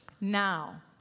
Now